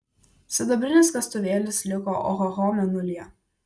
sidabrinis kastuvėlis liko ohoho mėnulyje